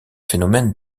phénomènes